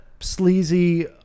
sleazy